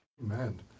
Amen